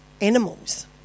animals